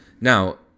now